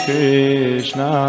Krishna